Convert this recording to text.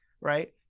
right